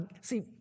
See